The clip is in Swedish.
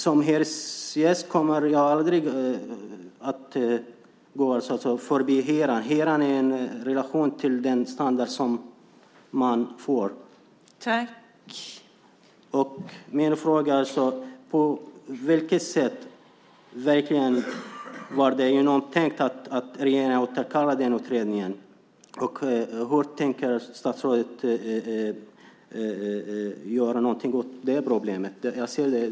Som hyresgäst kommer jag aldrig förbi hyran. Hyran ska stå i relation till standarden. På vilket sätt var det genomtänkt att regeringen återkallade utredningen? Vad tänker statsrådet göra åt problemet?